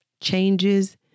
Changes